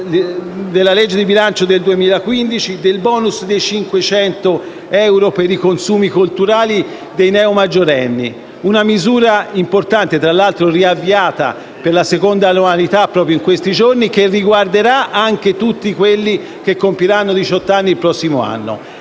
nella legge di bilancio del 2015 del *bonus* da 500 euro per i consumi culturali dei neo maggiorenni. Una misura importante - tra l'altro avviata nuovamente per la seconda annualità proprio in questi giorni - che riguarderà anche tutti coloro che compiranno diciotto anni il prossimo anno.